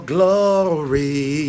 Glory